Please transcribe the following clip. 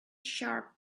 sharp